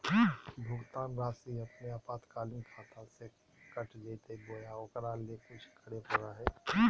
भुक्तान रासि अपने आपातकालीन खाता से कट जैतैय बोया ओकरा ले कुछ करे परो है?